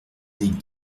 des